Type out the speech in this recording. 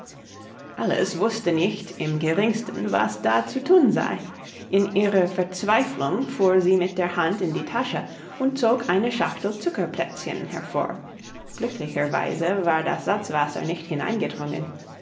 alice wußte nicht im geringsten was da zu thun sei in ihrer verzweiflung fuhr sie mit der hand in die tasche und zog eine schachtel zuckerplätzchen hervor glücklicherweise war das salzwasser